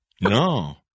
No